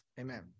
Amen